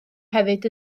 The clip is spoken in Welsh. hefyd